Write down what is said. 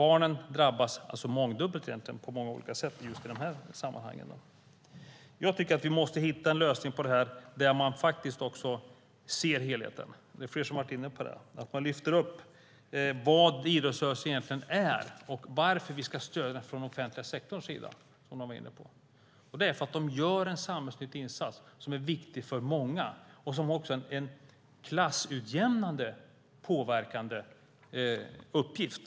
Barnen drabbas alltså egentligen mångdubbelt och på många olika sätt just i dessa sammanhang. Jag tycker att vi måste hitta en lösning där man också ser helheten. Det är fler som har varit inne på detta. Man måste lyfta upp vad idrottsrörelsen egentligen är och varför vi ska stödja den från den offentliga sektorn. Det beror på att den gör en samhällsnyttig insats som är viktig för många. Idrottsrörelsen har också en klassutjämnande och påverkande uppgift.